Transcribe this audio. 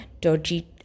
dodgy